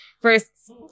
first